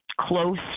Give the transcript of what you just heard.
close